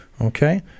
okay